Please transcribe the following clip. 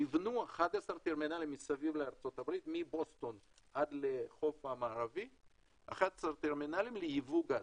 נבנו 11 טרמינלים מסביב לארצות הברית מבוסטון עד לחוף המערבי לייצוא גז.